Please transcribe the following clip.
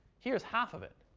here's half of it.